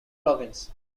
province